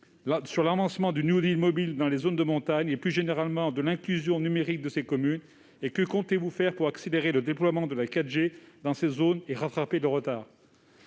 à ce jour du « New Deal mobile » dans les zones de montagne et, plus généralement, de l'inclusion numérique de ces communes ? Que comptez-vous faire pour accélérer le déploiement de la 4G dans ces zones et rattraper le retard ?